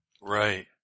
Right